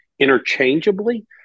interchangeably